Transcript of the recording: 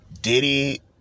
Diddy